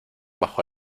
bajó